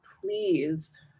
please